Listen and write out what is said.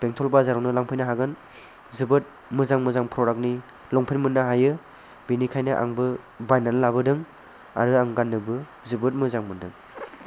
बेंटल बाजारावनो लांफैनो हागोन जोबोद मोजां मोजां प्रडाक्ट नि लंपेन्ट मोननो हायो बेनिखायनो आंबो बायनानै लाबोदों आरो आं गाननोबो जोबोद मोजां मोनदों